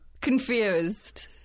confused